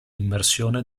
immersione